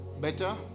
better